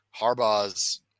Harbaugh's